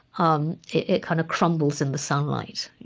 um it kind of crumbles in the sunlight.